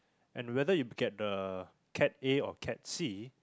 and whether you get the cat A or cat C